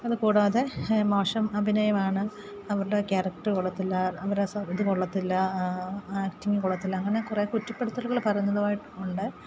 അതു കൂടാതെ മോശം അഭിനയമാണ് അവരുടെ കേരക്ടർ കൊള്ളത്തില്ല അവര സ ഇതു കൊള്ളത്തില്ല ആക്ടിങ് കൊള്ളത്തില്ല അങ്ങനെ കുറേ കുറ്റപ്പെടുത്തലുകൾ പറയുന്നതായി ഉണ്ട്